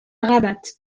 rabat